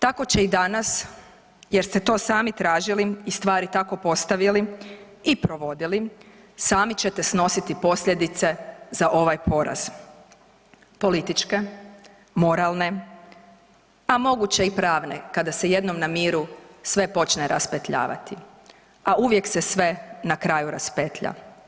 Tako će i danas jer ste to sami tražili i stvari tako postavili i provodili, sami ćete snositi posljedice za ovaj poraz političke, moralne, a moguće i pravne kada se jednom na miru sve počne raspetljavati, a uvijek se sve na kraju raspetlja.